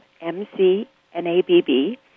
M-C-N-A-B-B